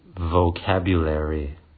vocabulary